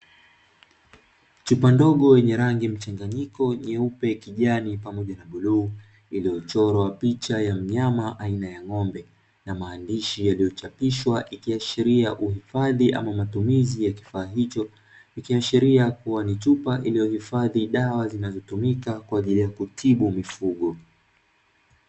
Chupa ndogo yenye rangi mchanganyiko: nyeupe, kijani pamoja na buluu. Iliyochorwa picha ya mnyama aina ya ng'ombe na maandishi yaliyochapishwa, ikiashiria uhifadhi ama matumizi ya kifaa hicho. Ikiashiria kuwa ni chupa iliyohifadhi dawa zinazotumika kwa ajili ya kutibu mifugo.